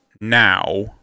now